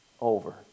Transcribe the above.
over